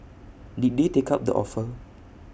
did they take up the offer